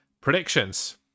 Predictions